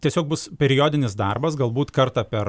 tiesiog bus periodinis darbas galbūt kartą per